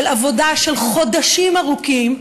של עבודה של חודשים ארוכים,